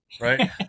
right